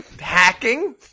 hacking